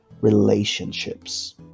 relationships